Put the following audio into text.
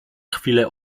chwilę